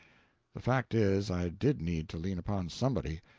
the fact is i did need to lean upon somebody.